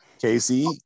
Casey